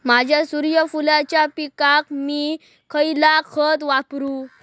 माझ्या सूर्यफुलाच्या पिकाक मी खयला खत वापरू?